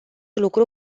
lucru